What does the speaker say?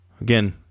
again